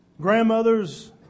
grandmothers